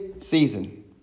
season